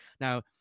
now